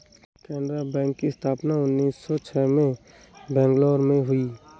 Canara bank की स्थापना उन्नीस सौ छह में मैंगलोर में हुई